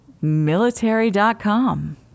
Military.com